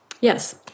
Yes